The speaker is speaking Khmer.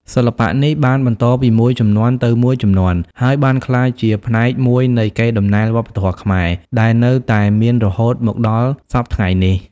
សិល្បៈនេះបានបន្តពីមួយជំនាន់ទៅមួយជំនាន់ ហើយបានក្លាយជាផ្នែកមួយនៃ កេរដំណែលវប្បធម៌ខ្មែរ ដែលនៅតែមានរហូតមកដល់សព្វថ្ងៃនេះ។